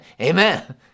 Amen